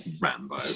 Rambo